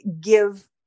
give